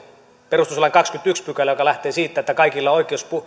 perustuslain kahdeskymmenesensimmäinen pykälä joka lähtee siitä että kaikilla on oikeus